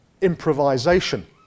improvisation